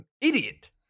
Idiot